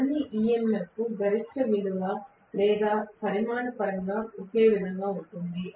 అన్ని EMF గరిష్ట విలువ లేదా పరిమాణం ఒకే విధంగా ఉంటుంది